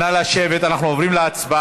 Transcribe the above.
נא לשבת, אנחנו עוברים להצבעה.